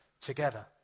together